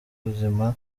ubuzima